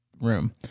room